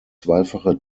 zweifache